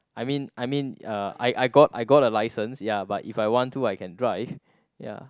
I mean I mean uh I I got I got a license ya but if I want to I can drive ya